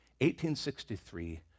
1863